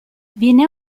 viene